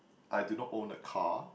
I do not own a car